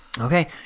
Okay